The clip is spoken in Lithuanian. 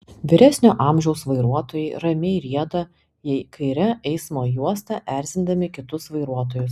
vyresnio amžiaus vairuotojai ramiai rieda jei kaire eismo juosta erzindami kitus vairuotojus